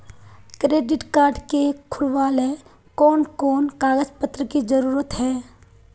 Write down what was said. Credit card के खुलावेले कोन कोन कागज पत्र की जरूरत है?